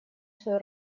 свою